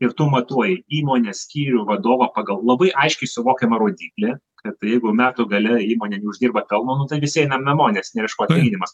ir tu matuoji įmonės skyrių vadovą pagal labai aiškiai suvokiamą rodiklį kad jeigu metų gale įmonė neuždirba pelno nu tai visi einam namo nėr iš ko atlyginimus